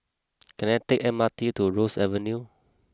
can I take M R T to Ross Avenue